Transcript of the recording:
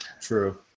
True